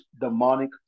demonic